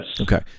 Okay